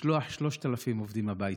לשלוח 3,000 עובדים הביתה.